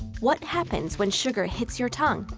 what happens when sugar hits your tongue?